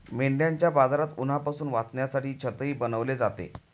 मेंढ्यांच्या बाजारात उन्हापासून वाचण्यासाठी छतही बनवले जाते